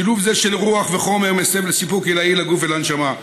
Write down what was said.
שילוב זה של רוח וחומר מסב סיפוק עילאי לגוף ולנשמה.